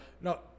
no